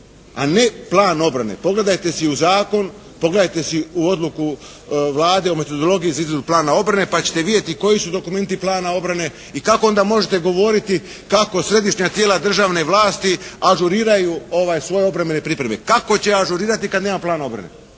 a ne plan obrane. Pogledajte si u zakon, pogledajte si u odluku Vlade o metodologiji za izradu plana obrane pa ćete vidjeti koji su dokumenti plana obrane. I kako onda možete govoriti kako središnja tijela državne vlasti ažuriraju svoje obrambene pripreme. Kako će ažurirati kad nema plana obrane.